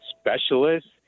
specialists